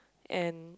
and